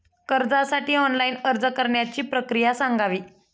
कर्जासाठी ऑनलाइन अर्ज करण्याची प्रक्रिया सांगावी